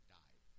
died